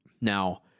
Now